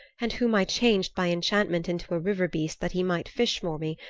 and whom i changed by enchantment into a river beast that he might fish for me,